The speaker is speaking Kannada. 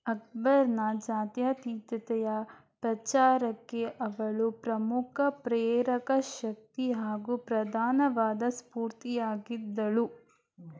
ಅಕ್ಬರ್ನ ಜಾತ್ಯತೀತತೆಯ ಪ್ರಚಾರಕ್ಕೆ ಅವಳು ಪ್ರಮುಖ ಪ್ರೇರಕ ಶಕ್ತಿ ಹಾಗೂ ಪ್ರಧಾನವಾದ ಸ್ಫೂರ್ತಿಯಾಗಿದ್ದಳು